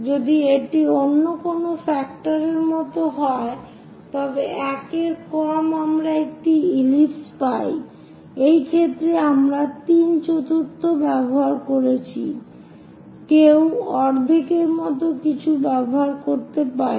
যদি এটি অন্য কোন ফ্যাক্টরের মত হয় তবে 1 এর কম আমরা একটি ইলিপস পাই এই ক্ষেত্রে আমরা তিন চতুর্থ ব্যবহার করেছি কেউ অর্ধেকের মতো কিছু ব্যবহার করতে পারে